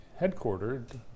headquartered-